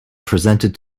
presented